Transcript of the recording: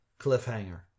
Cliffhanger